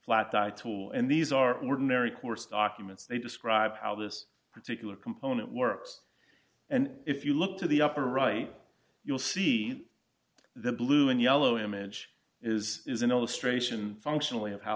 flat title and these are ordinary course documents they describe how this particular component works and if you look to the upper right you'll see the blue and yellow image is is an illustration functionally of how